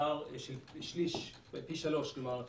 פער של פי 3. כלומר,